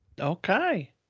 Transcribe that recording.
okay